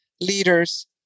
leaders